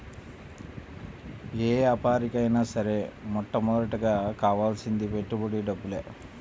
యే యాపారానికైనా సరే మొట్టమొదటగా కావాల్సింది పెట్టుబడి డబ్బులే